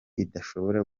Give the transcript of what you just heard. idashobora